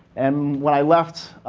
and when i left,